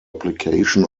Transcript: application